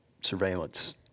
surveillance